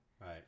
Right